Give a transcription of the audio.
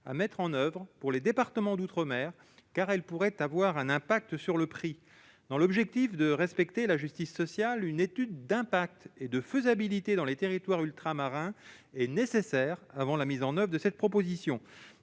à mettre en oeuvre pour les départements d'outre-mer, car il pourrait avoir un impact sur le prix du produit. Dans l'objectif de respecter la justice sociale, une étude d'impact et de faisabilité dans les territoires ultramarins est nécessaire avant la mise en oeuvre de cette proposition.